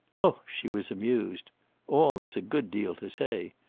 oh she was amused all is a good deal to say.